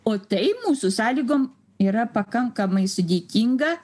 o tai mūsų sąlygom yra pakankamai sudėtinga